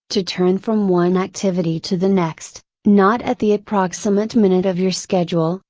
to turn from one activity to the next, not at the approximate minute of your schedule,